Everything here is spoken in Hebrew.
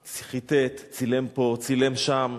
חיטט, צילם פה, צילם שם,